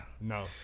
No